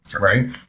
right